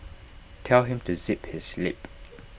tell him to zip his lip